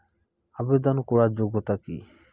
আবেদন করার যোগ্যতা কি?